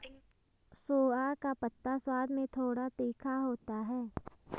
सोआ का पत्ता स्वाद में थोड़ा तीखा होता है